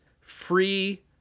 free